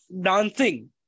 dancing